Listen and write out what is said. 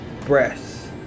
Breasts